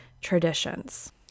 traditions